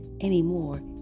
anymore